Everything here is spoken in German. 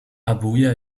abuja